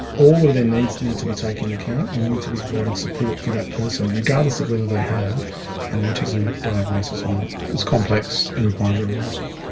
all of their needs need to be taken into account and we need to be providing support for that person, regardless of whether they have an autism diagnosis or not. it's complex and requires resources.